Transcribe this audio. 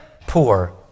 poor